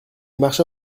marchait